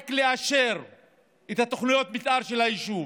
רק לאשר את תוכניות המתאר של היישוב.